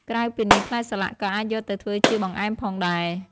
ក្រៅពីនេះ ផ្លែសាឡាក់ក៏អាចយកទៅធ្វើជាបង្អែមផងដែរ។